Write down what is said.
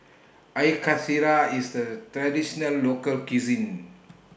Air Karthira IS A Traditional Local Cuisine